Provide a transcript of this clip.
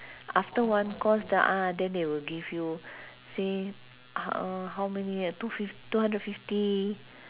after one course t~ uh then they will give you say uh how many uh two fift~ two hundred fifty